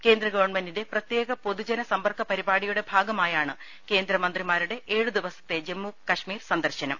കേന്ദ്ര ഗവൺമെന്റിന്റെ പ്രത്യേക പൊതുജന സമ്പർക്ക പരിപാടിയുടെ ഭാഗമായാണ് കേന്ദ്രമ ന്ത്രിമാരുടെ ഏഴുദിവസത്തെ ജമ്മുകശ്മീർ സന്ദർശനം